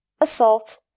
assault